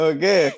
Okay